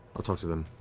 i'll talk to them.